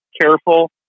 careful